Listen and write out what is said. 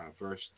verse